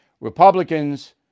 Republicans